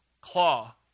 claw